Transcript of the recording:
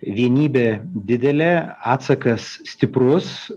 vienybė didelė atsakas stiprus